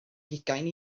hugain